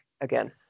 again